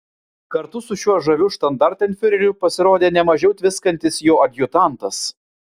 kartu su šiuo žaviu štandartenfiureriu pasirodė ne mažiau tviskantis jo adjutantas